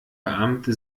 beamte